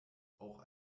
auch